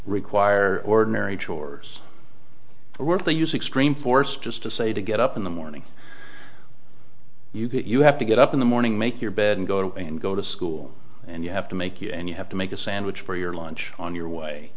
require ordinary chores or work to use extreme force just to say to get up in the morning you have to get up in the morning make your bed and go and go to school and you have to make it and you have to make a sandwich for your lunch on your way